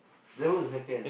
then what's the second